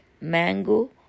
mango